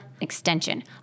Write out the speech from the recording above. extension